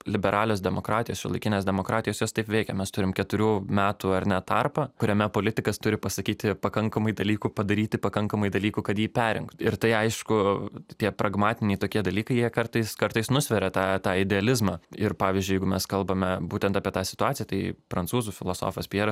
liberalios demokratijos šiuolaikinės demokratijos jos taip veikia mes turim keturių metų ar ne tarpą kuriame politikas turi pasakyti pakankamai dalykų padaryti pakankamai dalykų kad jį perrinktų ir tai aišku tie pragmatiniai tokie dalykai jie kartais kartais nusveria tą tą idealizmą ir pavyzdžiui jeigu mes kalbame būtent apie tą situaciją tai prancūzų filosofas pjeras